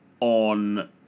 on